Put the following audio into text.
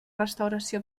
restauració